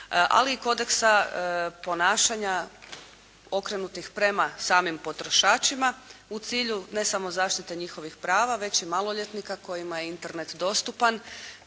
ali i kodeksa ponašanja okrenutih prema samim potrošačima u cilju ne samo zaštite njihovih prava već i maloljetnika kojim je Internet dostupan,